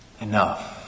enough